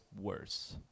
worse